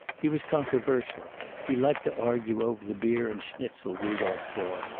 he was controversial. he liked to argue over the beer and schnitzel rudolph bought.